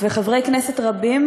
וחברי כנסת רבים,